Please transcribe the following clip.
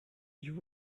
you